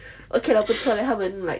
okay lah 不错 leh 他们 like